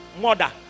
murder